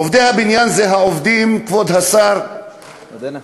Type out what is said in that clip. עובדי הבניין זה העובדים, כבוד השר מאיר,